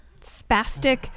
spastic